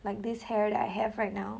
like this hair that I have right now